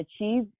achieve